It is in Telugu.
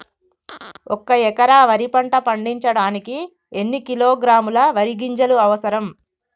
ఒక్క ఎకరా వరి పంట పండించడానికి ఎన్ని కిలోగ్రాముల వరి గింజలు అవసరం?